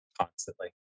constantly